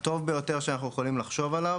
והוא יהיה הטוב ביותר שאנחנו יכולים לחשוב עליו